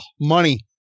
money